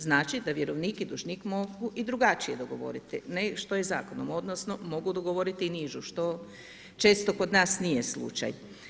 Znači da vjerovnik i dužnik mogu i drugačije dogovoriti, ne što je zakonom odnosno mogu dogovoriti i nižu, što često kod nas nije slučaj.